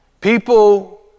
People